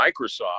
Microsoft